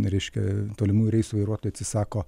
reiškia tolimųjų reisų vairuotojai atsisako